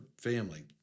family